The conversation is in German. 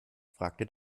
fragte